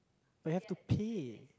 we have to pay